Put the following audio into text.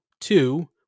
two